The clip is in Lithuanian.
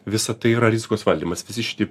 visa tai yra rizikos valdymas visi šitie